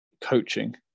coaching